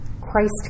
Christ